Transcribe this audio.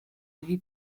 дві